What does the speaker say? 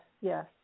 yes